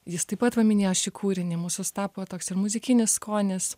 jis taip pat paminėjo šį kūrinį mūsus tapo toks muzikinis skonis